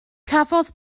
cafodd